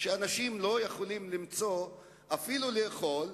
שאנשים לא יכולים למצוא אפילו לאכול,